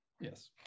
Yes